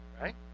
Right